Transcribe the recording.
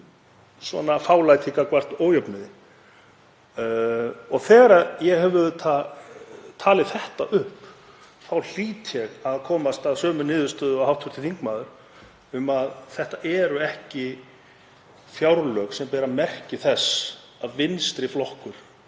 og fálæti gagnvart ójöfnuði. Þegar ég hef talið þetta upp hlýt ég að komast að sömu niðurstöðu og hv. þingmaður um að þetta séu ekki fjárlög sem beri merki þess að vinstri flokkur,